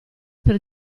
per